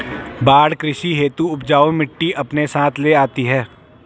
बाढ़ कृषि हेतु उपजाऊ मिटटी अपने साथ ले आती है